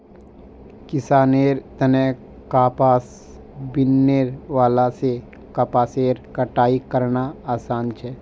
किसानेर तने कपास बीनने वाला से कपासेर कटाई करना आसान छे